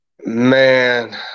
man